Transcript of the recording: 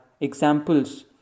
examples